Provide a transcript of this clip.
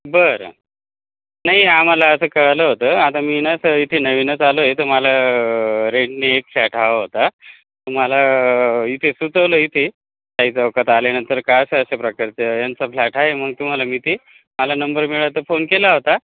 बरं नाही आम्हाला असं कळालं होतं आता मी ना चं इथे नवीनच आलो आहे तर मला रेंटनी एक फ्लॅट हवा होता तुम्हाला इथे सुचवलं इथे काही चौकात आल्यानंतर काय असं अशा प्रकारचं यांचा फ्लॅट आहे मग तुम्हाला मी थी मला नंबर मिळा तर फोन केला होता